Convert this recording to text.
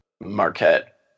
Marquette